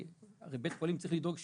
הרי בית חולים צריך לדאוג מחר,